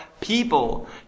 people